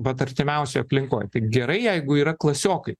vat artimiausioj aplinkoj tai gerai jeigu yra klasiokai